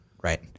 right